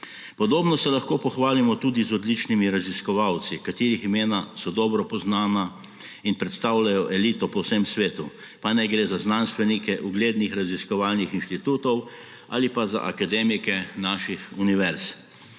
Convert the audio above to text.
Podobno se lahko pohvalimo tudi z odličnimi raziskovalci, katerih imena so dobro poznana in predstavljajo elito po vsem svetu, pa naj gre za znanstvenike uglednih raziskovalnih inštitutov ali pa za akademike naših univerz.